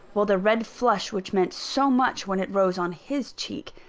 while the red flush which meant so much when it rose on his cheek,